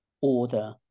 order